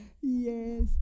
Yes